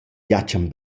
jachen